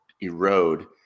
erode